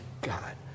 God